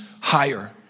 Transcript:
higher